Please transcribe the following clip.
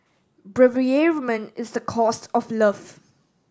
bereavement is the cost of love